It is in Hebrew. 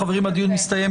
חברים, הדיון הסתיים.